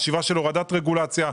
של הורדת רגולציה,